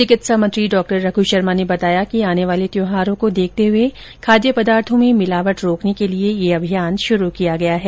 चिकित्सा मंत्री डॉ रघु शर्मा ने बताया कि आने वाले त्यौहार्रो को देखते हुए खाद्य पदार्थो में मिलावट को रोकने के लिये यह अभियान शुरू किया गया है